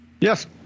Yes